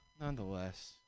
Nonetheless